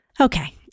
Okay